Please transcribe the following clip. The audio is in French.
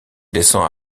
descends